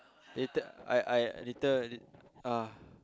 later I I later I uh